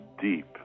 deep